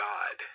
God